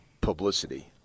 publicity